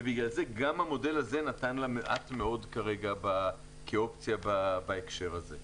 ולכן גם המודל הזה נתן לה מעט מאוד כרגע כאופציה בהקשר הזה.